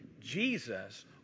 Jesus